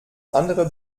andere